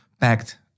packed